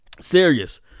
Serious